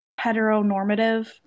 heteronormative